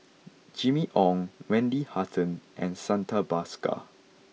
Jimmy Ong Wendy Hutton and Santha Bhaskar